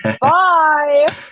Bye